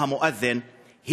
או המואזין,